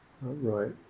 right